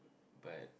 but